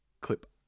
Clip